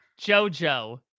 jojo